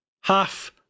half